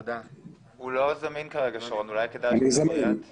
בוקר טוב, תודה שאתם עוסקים בנושא ותודה שהזמנתם